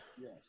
Yes